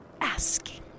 asking